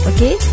Okay